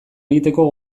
egiteko